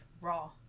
raw